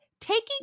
taking